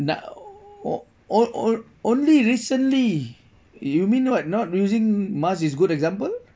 now o~ o~ only recently you mean what not using mask is good example